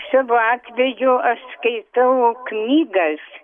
savo atveju aš skaitau knygas